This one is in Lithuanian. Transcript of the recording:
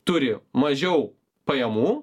turi mažiau pajamų